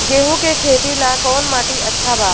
गेहूं के खेती ला कौन माटी अच्छा बा?